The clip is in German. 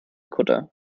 kutter